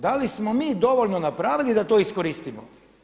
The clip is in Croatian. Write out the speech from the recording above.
Da li smo mi dovoljno napravili da to iskoristimo?